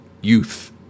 youth